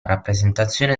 rappresentazione